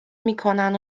میکنن